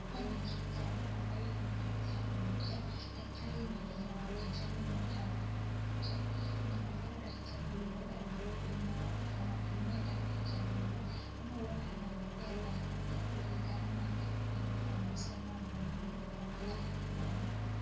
Haoa ni hospitali ambaye kuna daktari moja na kuna kijana mmoja ambaye amekuja, inaonekana daktari huwenda anampimia dawa kijana huyu ama huenda anamlea dawa kulingana na venye amesema anaumwana mahali fulani.